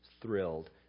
thrilled